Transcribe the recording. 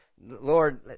Lord